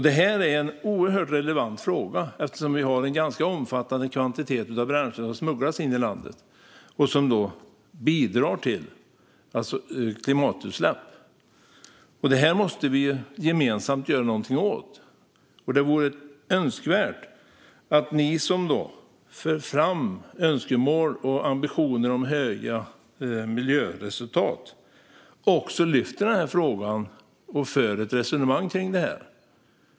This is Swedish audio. Detta är en oerhört relevant fråga eftersom en ganska omfattande kvantitet bränsle smugglas in i landet och bidrar till klimatutsläpp. Detta måste vi gemensamt göra något åt. Det vore önskvärt att ni som för fram önskemål och ambitioner om höga miljöresultat också lyfte denna fråga och förde ett resonemang kring den.